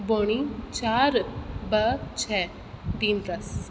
ॿुड़ी चारि ॿ छ ॾींदसि